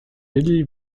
billy